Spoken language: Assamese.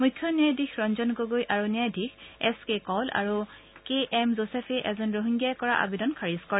মুখ্য ন্যায়ধীশ ৰঞ্জন গগৈ আৰু ন্যায়ধীশ এছ কে কওল আৰু কে এম জোছেফে এজন ৰহিংগীয়াই কৰা আবেদন খাৰিজ কৰে